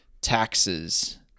taxes